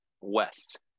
West